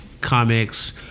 comics